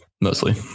mostly